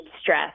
stress